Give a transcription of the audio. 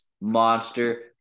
monster